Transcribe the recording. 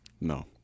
No